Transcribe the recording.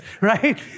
right